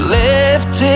lifted